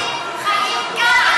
הפלסטינים חיים כאן,